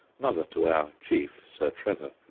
mother to our chief, sir trevor,